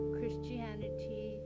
Christianity